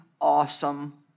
awesome